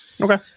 Okay